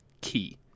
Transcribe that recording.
key